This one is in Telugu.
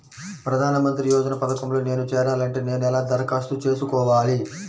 ప్రధాన మంత్రి యోజన పథకంలో నేను చేరాలి అంటే నేను ఎలా దరఖాస్తు చేసుకోవాలి?